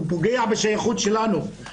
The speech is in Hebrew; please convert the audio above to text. זה פוגע בשייכות שלנו,